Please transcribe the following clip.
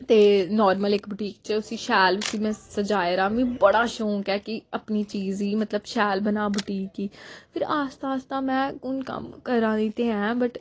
ते नार्मल इक बुटीक च उसी शैल उसी में सजाए दा मिगी बड़ा शौंक ऐ कि अपनी चीज़ गी मतलब शैल बनां बुटीक गी फिर आस्ता आस्ता में हून कम्म करां दी ते आं बट